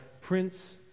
Prince